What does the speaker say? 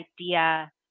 idea